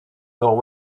nord